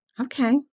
Okay